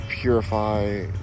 Purify